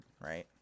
right